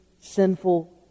sinful